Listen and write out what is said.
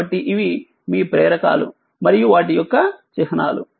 కాబట్టిఇవిమీ ప్రేరకాలుమరియు వాటియొక్క చిహ్నాలు